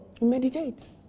Meditate